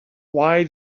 why